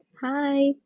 Hi